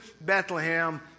Bethlehem